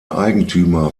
eigentümer